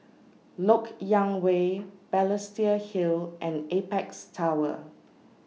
Lok Yang Way Balestier Hill and Apex Tower